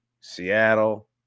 Seattle